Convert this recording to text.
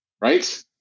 right